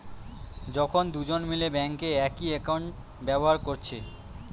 যখন দুজন মিলে বেঙ্কে একই একাউন্ট ব্যাভার কোরছে